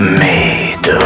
made